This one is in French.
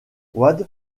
wade